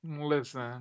listen